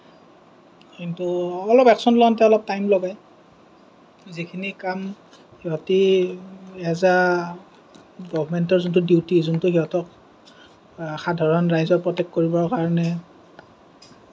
কিন্তু অলপ একচন লওঁতে অলপ টাইম লগায় যিখিনি কাম সিহঁতি এজ এ গৰ্মেন্টৰ যোনটো ডিউটি যোনটো সিহঁতক সাধাৰণ ৰাইজক প্ৰটেক্ট কৰিবৰ কাৰণে